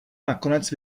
nakonec